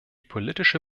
politische